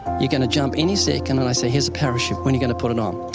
you're going to jump any second, and i say, here's a parachute. when you going to put it on?